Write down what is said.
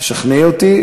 תשכנעי אותי.